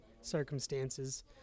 circumstances